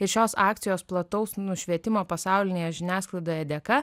ir šios akcijos plataus nušvietimo pasaulinėje žiniasklaidoje dėka